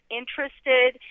interested